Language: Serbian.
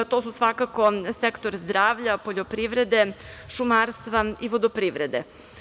To su svakako sektor zdravlja, poljoprivrede, šumarstva i vodoprivrede.